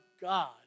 God